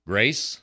Grace